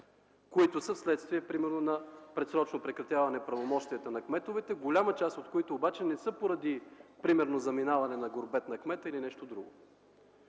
които са следствие примерно на предсрочно прекратяване на правомощията на кметовете, голяма част от които обаче не са поради заминаване на гурбет на кмета или нещо друго.